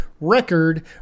record